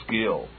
skill